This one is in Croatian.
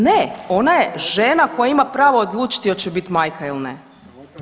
Ne, ona je žena koja ima pravo odlučiti hoće li biti majka ili ne.